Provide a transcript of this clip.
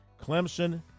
Clemson